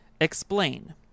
explain